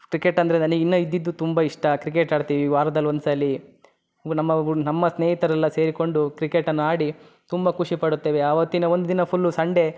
cricket ಅಂದರೆ ನನಗ್ ಇನ್ನೂ ಇದ್ದಿದ್ದೂ ತುಂಬ ಇಷ್ಟ ಕ್ರಿಕೆಟ್ ಆಡ್ತೀವಿ ವಾರದಲ್ಲಿ ಒಂದ್ಸಲ ನಮ್ಮ ಗೂ ನಮ್ಮ ಸ್ನೇಹಿತರೆಲ್ಲ ಸೇರಿಕೊಂಡು ಕ್ರಿಕೆಟನ್ನು ಆಡಿ ತುಂಬ ಖುಷಿಪಡುತ್ತೇವೆ ಅವತ್ತಿನ ಒಂದು ದಿನ ಫುಲ್ ಸಂಡೇ